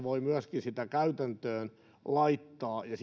voi myöskin sitä käytäntöön laittaa ja